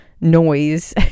noise